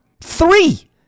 Three